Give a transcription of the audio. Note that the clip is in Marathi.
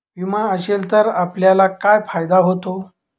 विमा असेल तर आपल्याला काय फायदा होतो?